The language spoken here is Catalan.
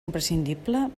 imprescindible